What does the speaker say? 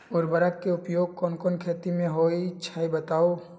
उर्वरक के उपयोग कौन कौन खेती मे होई छई बताई?